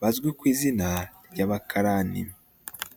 bazwi ku izina ry'abakarani.